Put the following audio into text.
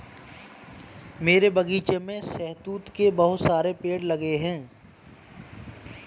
मेरे बगीचे में शहतूत के बहुत सारे पेड़ लगे हुए हैं